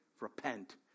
Repent